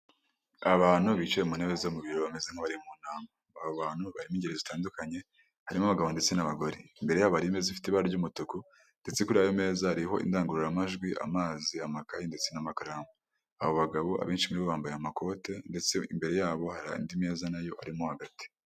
Abantu bicaye mu ntebe zo mu biro bameze nk'abari mu nama. Abo bantyu barimo ingeri zitandukanye, harimo abagabo ndetse n'abagore. Imbere yabo hariho ameze afite ibara ry'umutuku ndetse kuri ayo meza hariho indangururamajwi, amazi, amakaye ndetse n'amakaramu. Abo bagabo abenshi muri bo bambaye amakoti ndetse imbere yabo hari andi meza nayo arimo hagati.